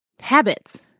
habits